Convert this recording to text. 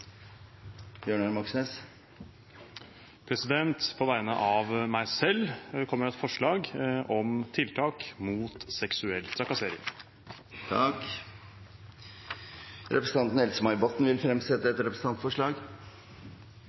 På vegne av meg selv kommer jeg med et forslag om tiltak mot seksuell trakassering. Representanten Else-May Botten vil fremsette et representantforslag.